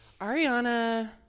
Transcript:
Ariana